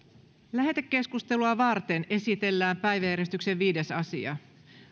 lähetekeskustelua varten esitellään päiväjärjestyksen viides asia